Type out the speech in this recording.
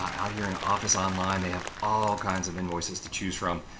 out here on office online they have all kinds of invoices to choose from.